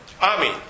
army